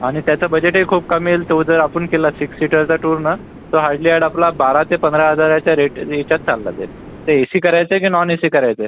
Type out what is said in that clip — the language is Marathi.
आणि त्याचं बजेटही खूप कमी येईल तो जर आपण केला सिक्स सिटरचा टूर नं तर हार्डली हार्ड आपला बारा ते पंधरा हजाराच्या रेट याच्यात चालला जाईल ते एसी करायचं की नॉन एसी करायचं आहे